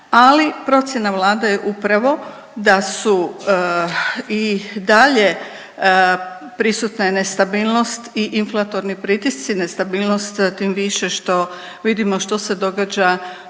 ali procjena Vlade je upravo da su i dalje prisutne nestabilnost i inflatorni pritisci, nestabilnost tim više što vidimo što se događa